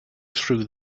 through